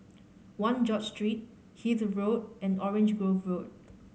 One George Street Hythe Road and Orange Grove Road